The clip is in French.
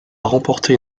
remporter